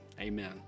amen